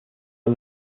are